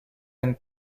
and